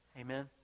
Amen